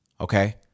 okay